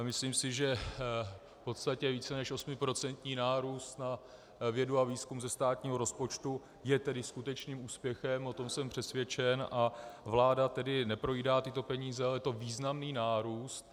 Myslím si, že v podstatě více než osmiprocentní nárůst na vědu a výzkum ze státního rozpočtu je tedy skutečným úspěchem, o tom jsem přesvědčen, a vláda tedy neprojídá tyto peníze, ale je to významný nárůst.